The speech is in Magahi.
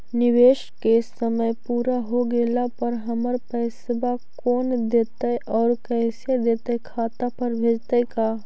निवेश के समय पुरा हो गेला पर हमर पैसबा कोन देतै और कैसे देतै खाता पर भेजतै का?